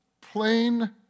plain